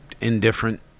indifferent